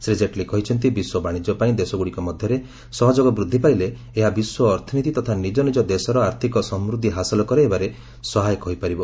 ଶ୍ରୀ ଜେଟ୍ଲୀ କହିଛନ୍ତି ବିଶ୍ୱ ବାଣିଜ୍ୟ ପାଇଁ ଦେଶଗୁଡ଼ିକ ମଧ୍ୟରେ ସହଯୋଗ ବୃଦ୍ଧି ପାଇଲେ ଏହା ବିଶ୍ୱ ଅର୍ଥନୀତି ତଥା ନିଙ୍ଗନିକ ଦେଶର ଆର୍ଥିକ ସମୃଦ୍ଧି ହାସଲ କରାଇବାରେ ସହାୟକହୋଇପାରିବ